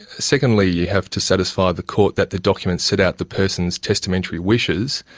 secondly you have to satisfy the court that the documents set out the person's testamentary wishes,